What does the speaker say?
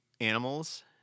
animals